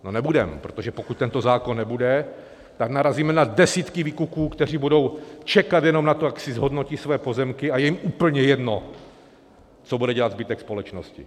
No nebudeme, protože pokud tento zákon nebude, tak narazíme na desítky výkupů, které budou čekat jenom na to, jak si zhodnotí své pozemky, a je jim úplně jedno, co bude dělat zbytek společnosti.